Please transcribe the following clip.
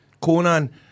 Conan